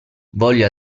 voglio